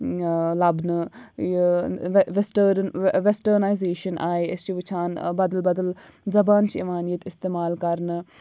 لَبنہٕ یہِ western westernisation آیہِ أسی چھِ وُِچھان بَدل بَدل زَبان چھِ یِوان ییٚتہِ اِستعمال کَرنہٕ